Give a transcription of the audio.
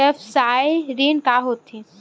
व्यवसाय ऋण का होथे?